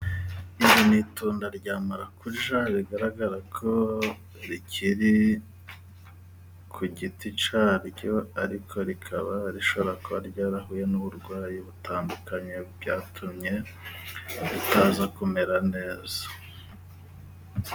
Iri ni itunda rya marakuja. Bigaragara ko rikiri ku giti cyaryo ariko rikaba rishobora kuba ryarahuye n'uburwayi butandukanye, byatumye ritaza kumera neza.